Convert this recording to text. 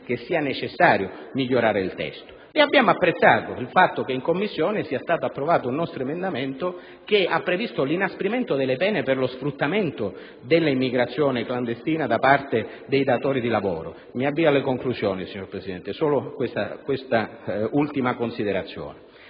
sia necessario migliorare il testo. Abbiamo apprezzato il fatto che in Commissione sia stato approvato un nostro emendamento che ha previsto l'inasprimento delle pene per lo sfruttamento dell'immigrazione clandestina da parte dei datori di lavoro. Abbiamo apprezzato, cioè, che non si sia colpito solo il proprietario